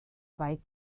zwei